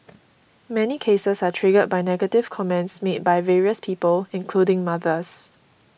many cases are triggered by negative comments made by various people including mothers